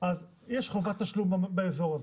אז יש חובת תשלום באזור הזה,